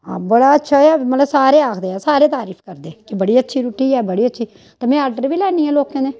हां बड़ा अच्छा ऐ मतलब सारे आखदे ऐ सारे तारीफ करदे कि बड़ी अच्छी रुट्टी ऐ बड़ी अच्छी ते में ऑर्डर बी लैन्नी आं लोकें दे